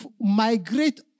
migrate